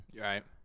Right